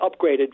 upgraded